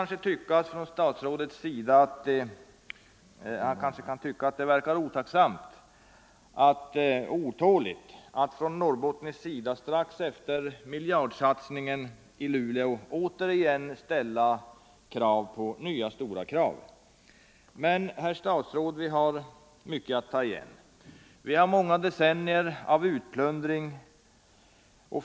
Statsrådet kanske kan tycka att det verkar otacksamt och otåligt att man från norrbottnisk sida, strax efter miljardsatsningen i Luleå, återigen ställer nya stora krav. Men, herr statsråd, vi har mycket att ta igen — många decennier av utplundring.